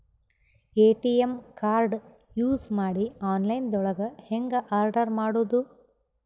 ATM card use ಮಾಡಿ online ದೊಳಗೆ ಹೆಂಗ್ ಆರ್ಡರ್ ಮಾಡುದು?